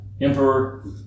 emperor